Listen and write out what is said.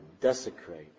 desecrate